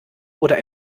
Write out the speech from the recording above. oder